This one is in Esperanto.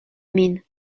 min